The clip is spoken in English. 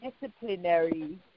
disciplinary